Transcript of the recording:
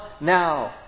now